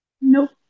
Nope